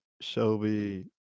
Shelby